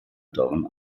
dorn